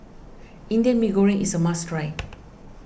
Indian Mee Goreng is a must try